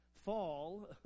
fall